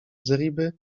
zeriby